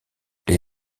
les